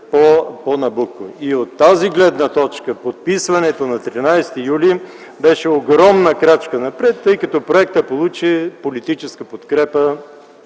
по „Набуко”. И от тази гледна точка подписването на 13 юли беше огромна крачка напред, тъй като проектът получи политическа подкрепа